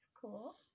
cool